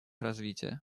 развития